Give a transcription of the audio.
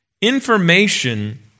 information